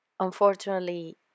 Unfortunately